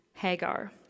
Hagar